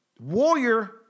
warrior